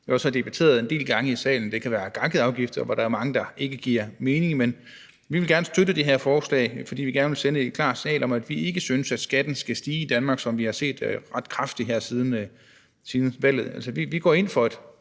også har debatteret en del gange i salen. Det kan være gakkede afgifter, der ikke giver mening, men vi vil gerne støtte det her forslag, fordi vi gerne vil sende et klart signal om, at vi ikke synes, at skatten i Danmark skal stige, som vi har set den gøre ret kraftigt her siden valget. Vi går ind for et